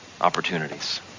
opportunities